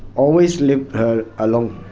always leave her alone.